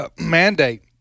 mandate